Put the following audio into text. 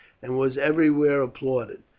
and was everywhere applauded,